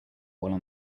while